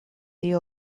the